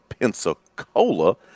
Pensacola